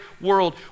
world